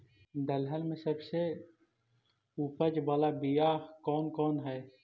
दलहन में सबसे उपज बाला बियाह कौन कौन हइ?